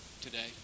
today